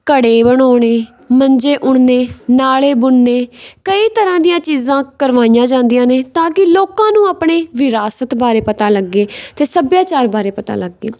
ਘੜੇ ਬਣਾਉਣੇ ਮੰਜੇ ਉਣਨੇ ਨਾਲੇ ਬੁਣਨੇ ਕਈ ਤਰ੍ਹਾਂ ਦੀਆਂ ਚੀਜ਼ਾਂ ਕਰਵਾਈਆਂ ਜਾਂਦੀਆਂ ਨੇ ਤਾਂ ਕਿ ਲੋਕਾਂ ਨੂੰ ਆਪਣੇ ਵਿਰਾਸਤ ਬਾਰੇ ਪਤਾ ਲੱਗੇ ਅਤੇ ਸੱਭਿਆਚਾਰ ਬਾਰੇ ਪਤਾ ਲੱਗੇ